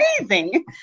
amazing